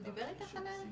אבל הוא מאמין בזה.